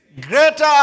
greater